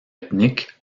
ethniques